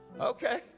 okay